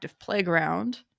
playground